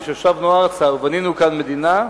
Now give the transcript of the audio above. מששבנו ארצה ובנינו כאן מדינה,